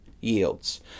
yields